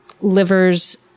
livers